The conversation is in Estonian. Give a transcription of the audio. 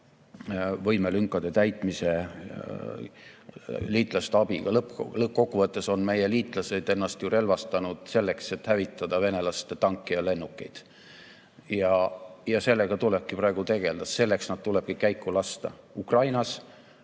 võimelünkade täitmise liitlaste abiga. Lõppkokkuvõttes on meie liitlased ennast ju relvastanud selleks, et hävitada venelaste tanke ja lennukeid. Ja sellega tulebki praegu tegelda, selleks nad tulebki käiku lasta – nii Ukrainas,